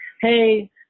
Hey